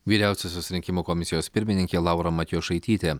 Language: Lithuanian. vyriausiosios rinkimų komisijos pirmininkė laura matijošaitytė